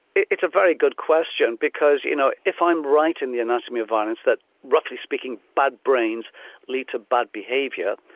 it's a very good question because you know if i'm right in the anatomy of violence that roughly speaking bad brains lead to bad behaviour,